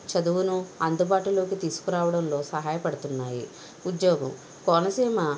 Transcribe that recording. చదువును అందుబాటులోకి తీసుకురావడంలో సహాయపడుతున్నాయి ఉద్యోగం కోనసీమ